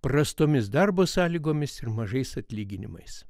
prastomis darbo sąlygomis ir mažais atlyginimais